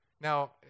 Now